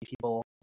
people